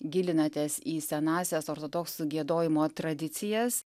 gilinatės į senąsias ortodoksų giedojimo tradicijas